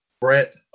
Brett